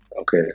okay